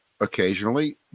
occasionally